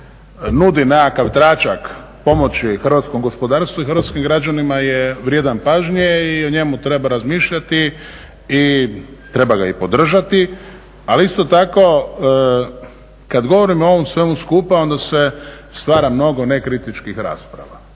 nudi nekakav tračak pomoći hrvatskom gospodarstvu i hrvatskim građanima je vrijedan pažnje i o njemu treba razmišljati, i treba ga i podržati ali isto tako kad govorimo o ovom svemu skupa onda se stvara mnogo ne kritičkih rasprava.